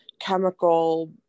chemical